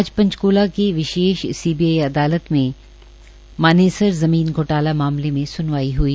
आज पंचक्ला की विशेष सीबीआई अदालत में मानेसर जमीन घोटाला मामले में स्नवाई हई